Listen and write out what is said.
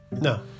No